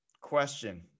question